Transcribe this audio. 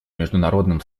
международным